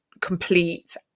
complete